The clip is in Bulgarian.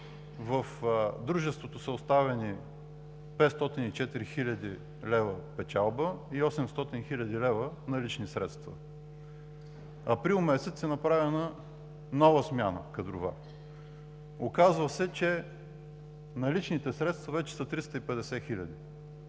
в дружеството са оставени 504 хил. лв. печалба и 800 хил. лв. налични средства. Април месец е направена нова кадрова смяна. Оказва се, че наличните средства вече са 350